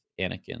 Anakin